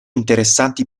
interessanti